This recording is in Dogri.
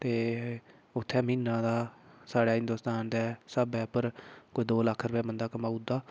ते उत्थै म्हीने दा साढ़े हिंदोस्तान दे स्हाबै पर कोई दो लक्ख रपेआ बंदा कमाई ओड़दा